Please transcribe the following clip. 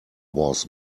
was